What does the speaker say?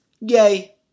Yay